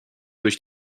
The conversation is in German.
durch